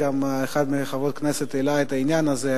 אחד מחברי הכנסת העלה את העניין הזה,